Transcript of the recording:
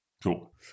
Cool